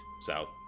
south